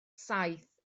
saith